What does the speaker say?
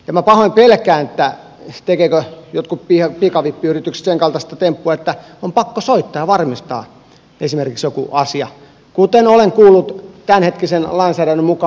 minä pahoin pelkään että tekevätkö jotkut pikavippiyritykset sen kaltaista temppua että on pakko soittaa ja varmistaa esimerkiksi jokin asia kuten olen kuullut tämänhetkisen lainsäädännön mukaan